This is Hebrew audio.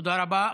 תודה רבה.